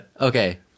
Okay